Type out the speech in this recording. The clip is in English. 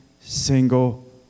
single